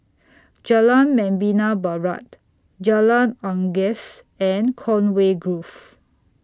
Jalan Membina Barat Jalan Unggas and Conway Grove